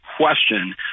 question